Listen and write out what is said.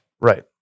right